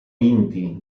vinti